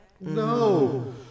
No